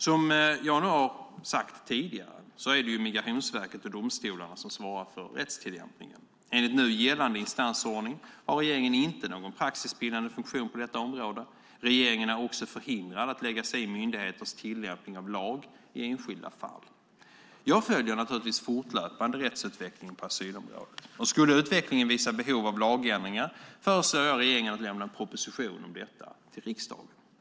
Som jag har sagt tidigare är det Migrationsverket och domstolarna som svarar för rättstillämpningen. Enligt nu gällande instansordning har regeringen inte någon praxisbindande funktion på detta område. Regeringen är också förhindrad att lägga sig i myndigheters tillämpning av lag i enskilda fall. Jag följer naturligtvis fortlöpande rättsutvecklingen på asylområdet. Om utvecklingen visar behov av lagändringar föreslår jag regeringen att lämna en proposition om detta till riksdagen.